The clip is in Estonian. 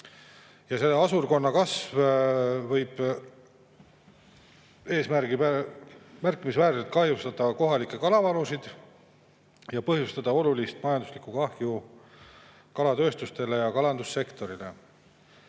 Ja [nende] asurkonna kasv võib märkimisväärselt kahjustada kohalikke kalavarusid ja põhjustada olulist majanduslikku kahju kalatööstusele ja kalandussektorile.